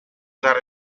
dare